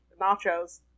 nachos